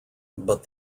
but